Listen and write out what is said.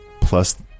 Plus